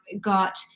got